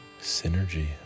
synergy